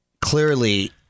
clearly